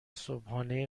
صبحانه